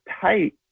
tight